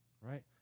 right